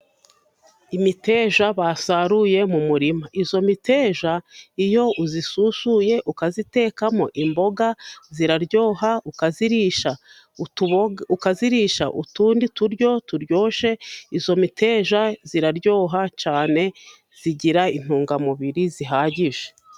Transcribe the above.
Imiteja basaruye mu murima. Iyo miteja iyo uyisusuye ukayitekamo imboga iraryoha. Ukayirisha utuboga, ukayirisha utundi turyo turyoshye. Iyo miteja iraryoha cyane igira intungamubiri zihagije.